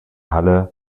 halle